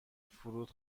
فرود